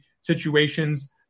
situations